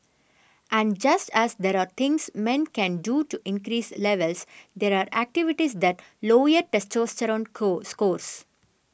and just as there are things men can do to increase levels there are activities that lower testosterone cause scores